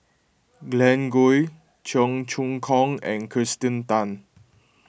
Glen Goei Cheong Choong Kong and Kirsten Tan